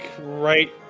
right